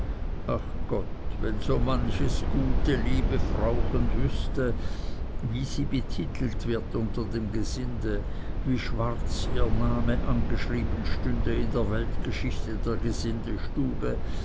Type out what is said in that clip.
ach gott wenn so manches gute liebe frauchen wüßte wie sie betitelt wird unter dem gesinde wie schwarz ihr name angeschrieben stünde in der weltgeschichte der